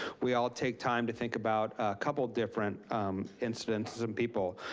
we all take time to think about a couple different incidences and people.